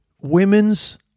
women's